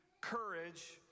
courage